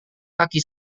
kaki